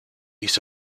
use